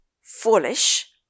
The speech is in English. foolish